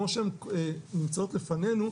כמו שהן מוצעות לפנינו,